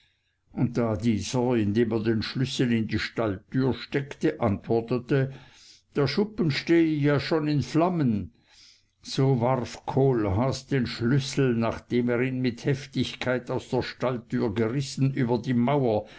und da dieser indem er den schlüssel in die stalltür steckte antwortete der schuppen stehe ja schon in flammen so warf kohlhaas den schlüssel nachdem er ihn mit heftigkeit aus der stalltüre gerissen über die mauer